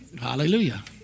Hallelujah